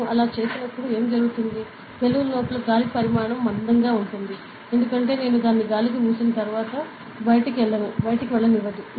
నేను అలా చేసినప్పుడు ఏమి జరుగుతుంది బెలూన్ లోపల గాలి పరిమాణం మందంగా ఉంటుంది ఎందుకంటే నేను దాన్ని గాలికి మూసివేసిన తర్వాత బయటకు వెళ్లదు